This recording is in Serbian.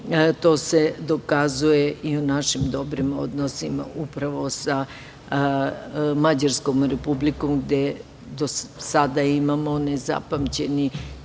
to se dokazuje i u našim dobrim odnosima upravo sa Mađarskom Republikom, gde do sada imamo nezapamćeni